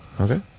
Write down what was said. Okay